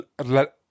let